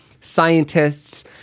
scientists